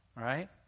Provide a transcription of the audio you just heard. Right